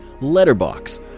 Letterbox